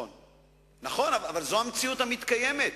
נכון, נכון, אבל זאת המציאות המתקיימת.